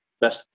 best